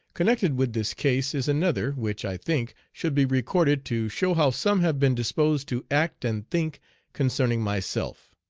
connected with this case is another, which, i think, should be recorded, to show how some have been disposed to act and think concerning myself.